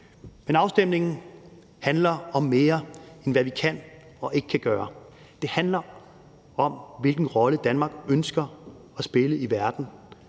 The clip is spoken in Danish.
men afstemningen handler om mere, end hvad vi kan og ikke kan gøre. Den handler om, hvilken rolle Danmark ønsker at spille i verden,